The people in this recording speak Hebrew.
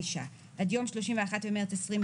סעיפים 14 ו-15 מתוך הצעת חוק ההתייעלות הכלכלית